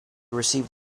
received